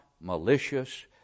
malicious